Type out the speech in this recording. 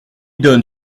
donne